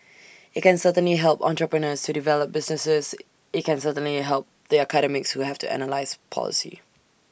IT can certainly help entrepreneurs to develop businesses IT certainly can help the academics who have to analyse policy